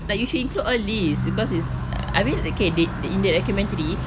but you should include all these because it's I mean okay they in that documentary